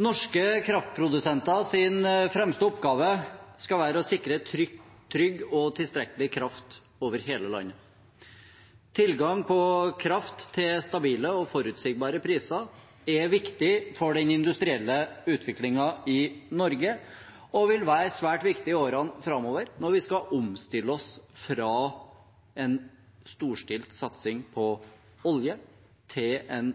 Norske kraftprodusenters fremste oppgave skal være å sikre trygg og tilstrekkelig kraft over hele landet. Tilgang på kraft til stabile og forutsigbare priser er viktig for den industrielle utviklingen i Norge og vil være svært viktig i årene framover når vi skal omstille oss fra en storstilt satsing på olje til en